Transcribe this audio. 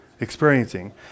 experiencing